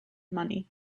money